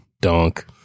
Dunk